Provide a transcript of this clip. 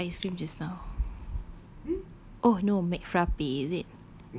you just ate ice cream just now oh no mcfrappe is it